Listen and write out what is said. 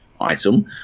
item